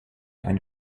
ein